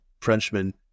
Frenchman